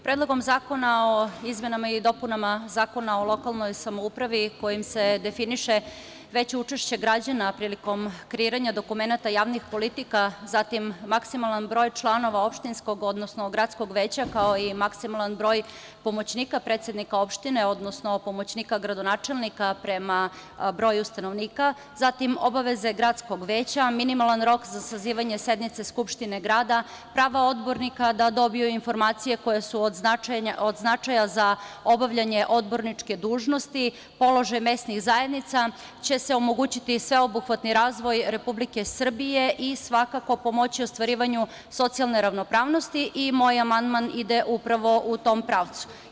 Predlog zakona o izmenama i dopunama Zakona o lokalnoj samoupravi, kojim se definiše veće učešće građana prilikom kreiranja dokumenata javnih politika, zatim, maksimalan broj članova opštinskog, odnosno gradskog veća, kao i maksimalan broj pomoćnika predsednika opštine, odnosno pomoćnika gradonačelnika prema broju stanovnika, zatim obaveze gradskog veća, minimalan rok za sazivanje sednice skupštine grada, prava odbornika da dobiju informacije koje su od značaja za obavljanje odborničke dužnosti, položaj mesnih zajednica, omogućiće sveobuhvatni razvoj Republike Srbije i svakako pomoći ostvarivanju socijalne ravnopravnosti i moj amandman ide upravo u tom pravcu.